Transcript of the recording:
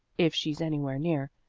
if she's anywhere near.